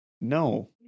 No